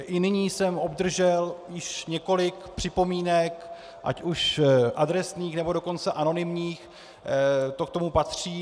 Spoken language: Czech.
I nyní jsem obdržel již několik připomínek ať už adresných, nebo dokonce anonymních, to k tomu patří.